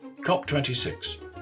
COP26